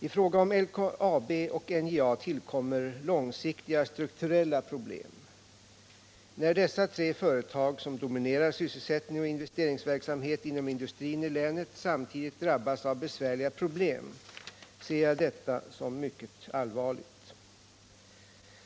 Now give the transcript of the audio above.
I fråga om LKAB och NJA tillkommer långsiktiga strukturella problem. När dessa tre företag som dominerar sysselsättning och investeringsverksamhet inom industrin i länet samtidigt drabbas av besvärliga problem ser jag detta som mycket allvarligt.